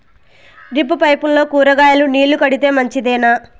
Drip పైపుల్లో కూరగాయలు నీళ్లు కడితే మంచిదేనా?